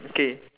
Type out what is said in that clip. okay